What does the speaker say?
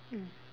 mm